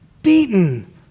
beaten